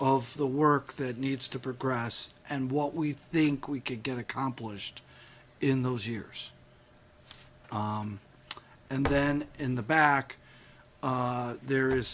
of the work that needs to progress and what we think we could get accomplished in those years and then in the back there is